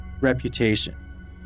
reputation